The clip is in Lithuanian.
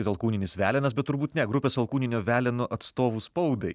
alkūninis velenas bet turbūt ne grupės alkūninio veleno atstovu spaudai